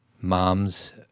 moms